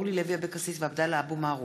אורלי לוי אבקסיס ועבדאללה אבו מערוף,